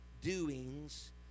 doings